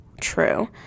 True